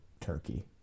turkey